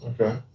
Okay